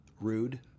Rude